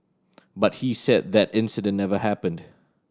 but he said that incident never happened